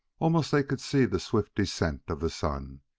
almost they could see the swift descent of the sun.